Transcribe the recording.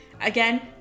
again